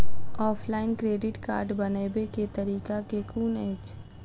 Offline credit card बनाबै केँ तरीका केँ कुन अछि?